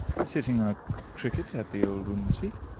sitting on a cricket at the old woman's feet,